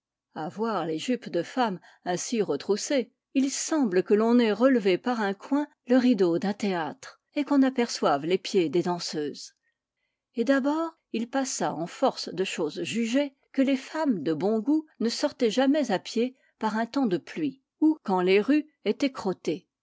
a voir les jupes de femmes ainsi retroussées il semble que l'ont ait relevé par un coin le rideau d'un théâtre et qu'on aperçoive les pieds des danseuses et d'abord il passa en force de chose jugée que les femmes de bon goût ne sortaient jamais à pied par un temps de pluie ou quand les rues étaient crottées